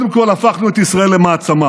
קודם כול, הפכנו את ישראל למעצמה.